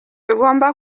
ugomba